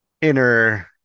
inner